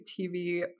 TV